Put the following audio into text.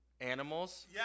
animals